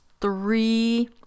three